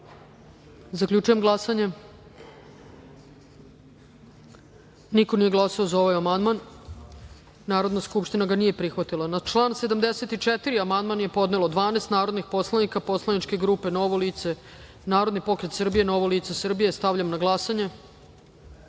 amandman. Zaključujem glasanje: niko nije glasao za ovaj amandman. Narodna skupština ga nije prihvatila. Na član 83. amandman je podnelo 12 narodnih poslanika poslaničke grupe Narodni pokret Srbije – Novo lice Srbije. Stavljam na glasanje